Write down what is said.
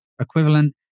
equivalent